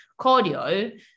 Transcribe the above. cardio